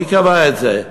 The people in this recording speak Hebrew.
מי קבע את זה?